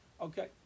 Okay